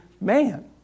man